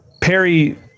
Perry